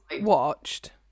watched